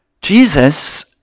Jesus